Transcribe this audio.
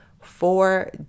four